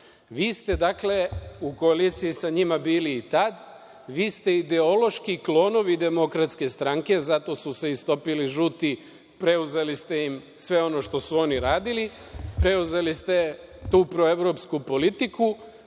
ste, dakle, u koaliciji sa njima bili i tad. Vi ste ideološki klonovi DS, zato su se istopili žuti, preuzeli ste im sve ono što su oni radili, preuzeli ste tu proevropsku politiku,